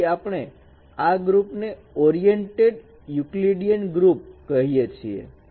તેથી આપણે આ ગ્રુપને ઓરીએન્ટેડ યુકલીડીએન ગ્રુપ કહીએ છીએ